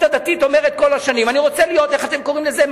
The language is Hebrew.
הדתית אומרת כל השנים: אני רוצה להיות ממלכתי.